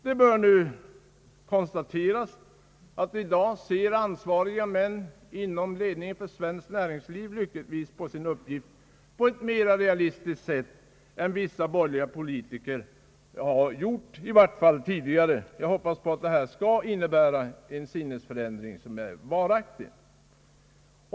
Det bör nu konstateras att i dag ser ansvariga män inom ledningen för svenskt näringsliv lyckligtvis på sin uppgift på ett mer realistiskt sätt än vissa borgerliga politiker i varje fall tidigare har gjort. Jag hoppas att detta skall innebära en varaktig sinnesförändring.